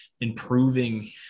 improving